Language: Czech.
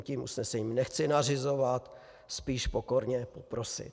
Tím usnesením nechci nařizovat, spíš pokorně poprosit.